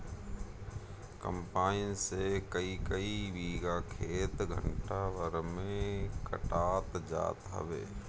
combine से कईकई बीघा खेत घंटा भर में कटात जात हवे